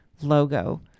logo